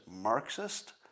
Marxist